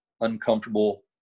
uncomfortable